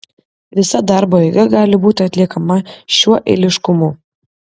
visa darbo eiga gali būti atliekama šiuo eiliškumu